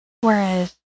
Whereas